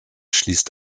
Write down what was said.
schließt